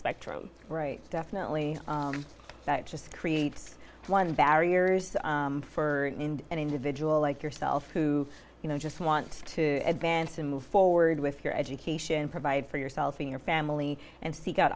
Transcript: spectrum definitely that just creates one barriers for an individual like yourself who you know just want to advance and move forward with your education provide for yourself and your family and seek out